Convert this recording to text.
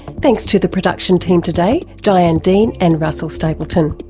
thanks to the production team today diane dean and russell stapleton.